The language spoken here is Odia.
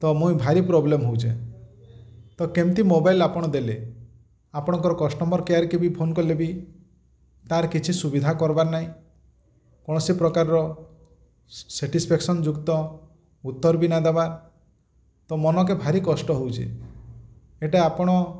ତ ମୁଇଁ ଭାରି ପ୍ରୋବ୍ଲେମ୍ ହେଉଛେ ତ କେମିତି ମୋବାଇଲ୍ ଆପଣ ଦେଲେ ଆପଣଙ୍କର କଷ୍ଟମର୍ କେୟାର୍ କେ ବି ଫୋନ୍ କଲେ ବି ତାର୍ କିଛି ସୁବିଧା କର୍ବାର୍ ନାଇଁ କୌଣସି ପ୍ରକାର ସାଟିସ୍ପେକସନ୍ ଯୁକ୍ତ ଉତ୍ତର ବି ନାଇଁ ଦବା ତ ମନ୍ କେ ଭାରି କଷ୍ଟ ହେଉଛି ଏଇଟା ଆପଣ